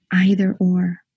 either-or